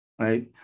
right